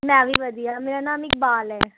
ਮੈਂ ਵੀ ਵਧੀਆ ਮੇਰਾ ਨਾਮ ਇਕਬਾਲ ਹੈ